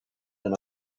than